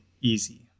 easy